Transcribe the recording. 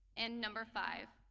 and number five.